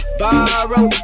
borrow